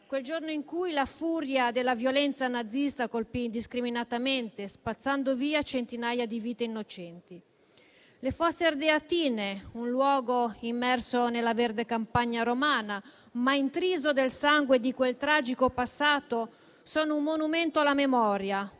il giorno in cui la furia della violenza nazista colpì indiscriminatamente, spazzando via centinaia di vite innocenti. Le Fosse Ardeatine, un luogo immerso nella verde campagna romana, ma intriso del sangue di quel tragico passato, sono un monumento alla memoria,